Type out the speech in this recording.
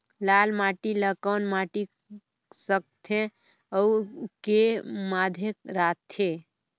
लाल माटी ला कौन माटी सकथे अउ के माधेक राथे?